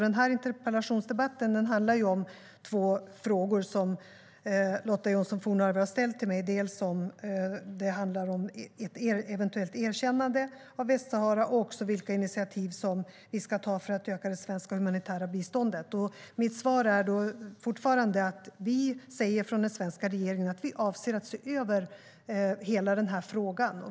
Den här interpellationsdebatten handlar om två frågor som Lotta Johnsson Fornarve har ställt till mig, dels om ett eventuellt erkännande av Västsahara, dels om vilka initiativ vi ska ta för att öka det svenska humanitära biståndet. Mitt svar är fortfarande att vi i den svenska regeringen avser att se över hela den här frågan.